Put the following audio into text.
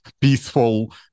peaceful